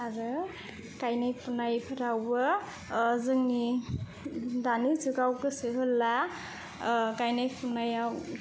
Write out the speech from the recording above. आरो गायनाय फुनायफोरावबो जोंनि दानि जुगाव गोसो होला गायनाय फुनायाव